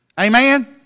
Amen